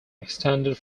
extended